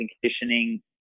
conditioning